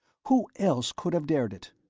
who else could have dared it?